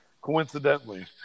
coincidentally